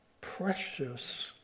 precious